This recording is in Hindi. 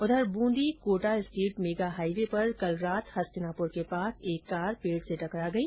उधर ब्रूदी कोटा स्टेट मेगा हाइवे पर कल रात हस्तीनापुर के पास एक कार पेड़ से टकरा गई